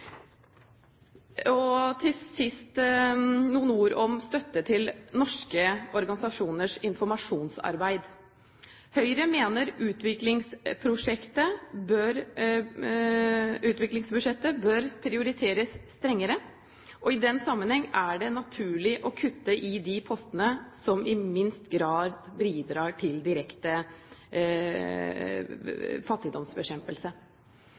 Til siste noen ord om støtte til norske organisasjoners informasjonsarbeid. Høyre mener utviklingsbudsjettet bør prioriteres strengere. I den sammenheng er det naturlig å kutte i de postene som i minst grad bidrar til direkte fattigdomsbekjempelse.